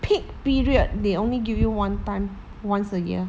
peak period they only give you one time once a year